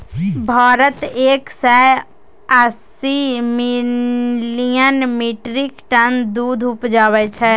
भारत एक सय अस्सी मिलियन मीट्रिक टन दुध उपजाबै छै